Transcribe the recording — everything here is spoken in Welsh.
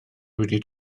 wedi